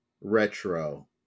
retro